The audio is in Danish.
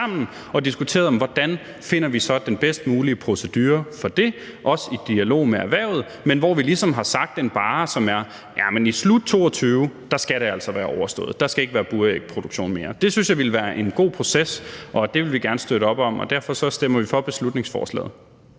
og diskuterede, hvordan vi så finder den bedst mulige procedure for det, også i dialog med erhvervet, men hvor vi ligesom har sat en barre, som siger, at i slutningen af 2022 skal det altså være overstået; da skal der ikke være burægproduktion mere. Det synes jeg ville være en god proces, og det vil vi gerne støtte op om, og derfor stemmer vi for beslutningsforslaget.